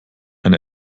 ein